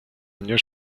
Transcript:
año